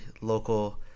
local